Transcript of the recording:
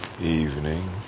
evening